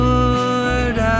Lord